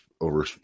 over